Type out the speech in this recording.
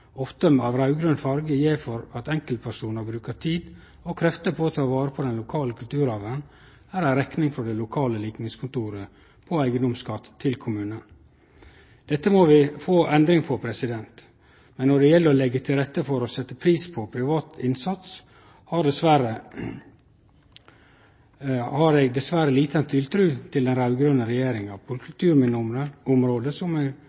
ofte av raud-grøn farge, gjev enkelpersonar for at dei brukar tid og krefter på å ta vare på den lokale kulturarven, er ei rekning frå det lokale likningskontoret på eigedomsskatt til kommunen. Dette må vi få ei endring på, men når det gjeld å leggje til rette for og setje pris på privat innsats, har eg dessverre like lita tiltru til den raud-grøne regjeringa på kulturminneområdet som eg har på andre område